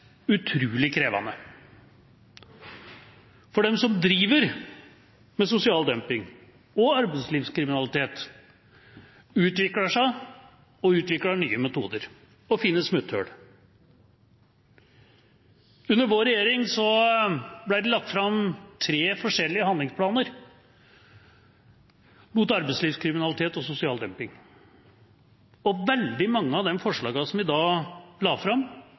utrolig krevende, for de som driver med sosial dumping og arbeidslivskriminalitet, utvikler nye metoder og finner smutthull. Under vår regjering ble det lagt fram tre forskjellige handlingsplaner mot arbeidslivskriminalitet og sosial dumping, og veldig mange av de forslagene som vi da la fram,